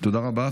תודה רבה.